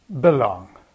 belong